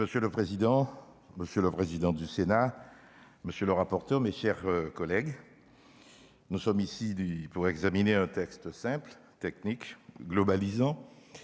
Monsieur le président, monsieur le président du Sénat, monsieur le ministre, mes chers collègues, nous examinons aujourd'hui un texte simple, technique, globalisant,